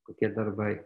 kokie darbai